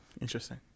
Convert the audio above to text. Interesting